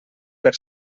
per